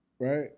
Right